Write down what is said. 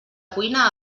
cuina